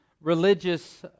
religious